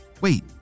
Wait